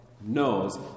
knows